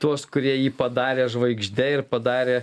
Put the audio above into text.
tuos kurie jį padarė žvaigžde ir padarė